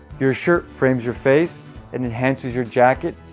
your shirt frames your face, it enhances your jacket,